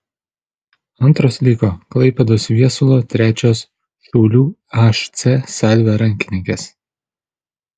antros liko klaipėdos viesulo trečios šiaulių hc salvė rankininkės